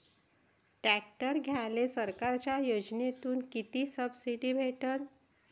Tractor घ्यायले सरकारच्या योजनेतून किती सबसिडी भेटन?